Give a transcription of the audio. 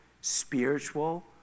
spiritual